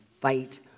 fight